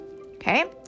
Okay